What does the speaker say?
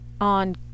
on